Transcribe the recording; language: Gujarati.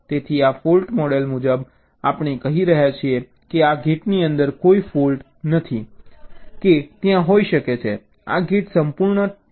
તેથી આ ફૉલ્ટ મોડલ મુજબ આપણે કહી રહ્યા છીએ કે આ ગેટની અંદર કોઈ ફૉલ્ટ હોઈ શકે નહીં આ ગેટ સંપૂર્ણ રીતે ઠીક છે